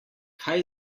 kaj